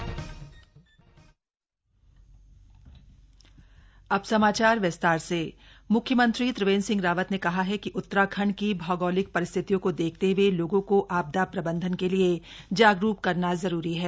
आपदा प्रबंधन बैठक म्ख्यमंत्री त्रिवेंद्र सिंह रावत ने कहा है कि उत्तराखंड की भौगोलिक परिस्थितियों को देखते हए लोगों को आपदा प्रबंधन के लिए जागरूक करना जरूरी है